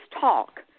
talk